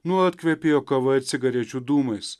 nuolat kvepėjo kava ir cigarečių dūmais